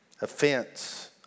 Offense